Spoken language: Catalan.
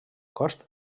cost